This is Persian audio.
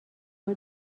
کار